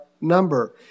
number